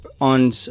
on